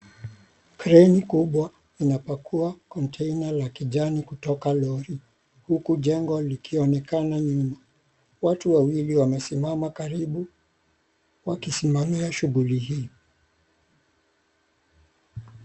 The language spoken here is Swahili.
Treni kubwa inapakua (cs)container(cs) la kijani kutoka Lori huku jengo likionekana nyuma. Watu wawili wamesimama karibu wakisimamia shughuli hii .